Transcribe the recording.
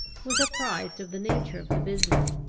was apprised of the nature of the business.